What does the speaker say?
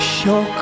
Show